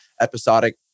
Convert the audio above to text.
episodic